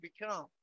become